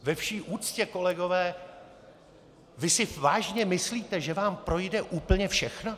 Ve vší úctě, kolegové, vy si vážně myslíte, že vám projde úplně všechno?